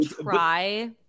try